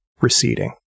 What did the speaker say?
receding